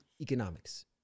economics